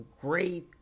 great